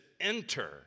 enter